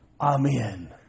Amen